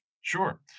Sure